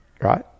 right